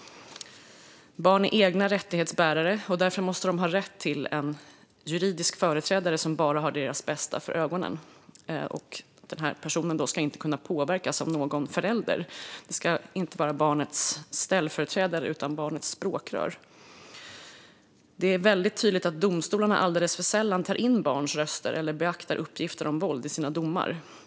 Barn är egna rättighetsbärare, och därför måste de ha rätt till en juridisk företrädare som bara har deras bästa för ögonen. Den personen ska inte kunna påverkas av någon förälder. Den ska inte vara barnets ställföreträdare utan barnets språkrör. Det är väldigt tydligt att domstolarna alldeles för sällan tar in barns uppgifter eller beaktar uppgifter om våld i sina domar.